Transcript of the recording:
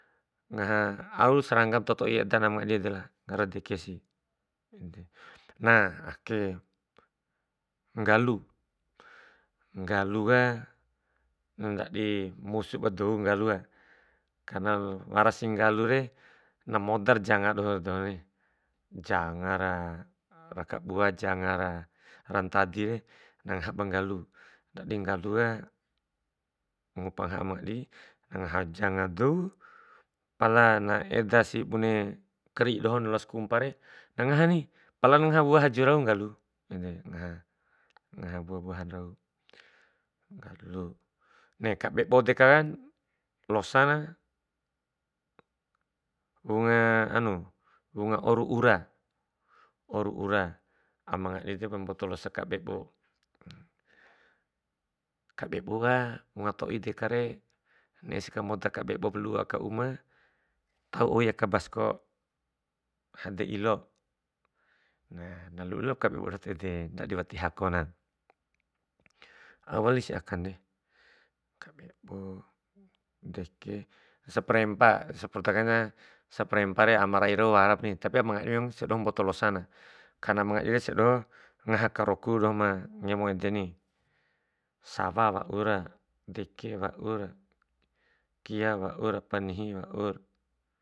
Ngaha au seranggaa ma toi toi eda amangadi edelah nggarana dekesi. Na ake nggalu, nggaluka ba ndadi musu ba dou nggaluka karena warasi nggalure na modara janga doho dahukai. Jangara rakabua jangara rantadire na ngaha ba nggalu, nandi nggaluka na ngupa ngaha amangadi, na ngaha janga dou, pala na edasi bune kri'i doho na loasi kumpare na ngani, pala na ngaha wua haju rau nggalu, ede ngaha ngaha bua buahan rau, nggalu. De kabebo dekan losana wunga anu, wunga oru ura, oru ura, amangadi edep ma mboto losa kabebo. kabebo ka wunga toi dekara, ne'e si kabebo lu'u aka uma, tau oi aka basko, hade ilo na, nalu'u lalop kabebo ta'ede ndadi wati hakona. Au walis akande, kabebo, deke, saparempa, sepoda kaina saparempare ama rai rau warapani, tapi ama ngadin sia doho mboto lusana karena ama ngadire sia doho ngaha karoku ro mangemo edeni. Sawa waur, deke waura, kia waura, panihi waur.